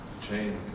Chain